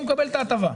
הוא מקבל את ההטבה.